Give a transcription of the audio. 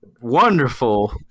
wonderful